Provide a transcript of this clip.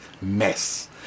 mess